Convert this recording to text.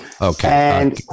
Okay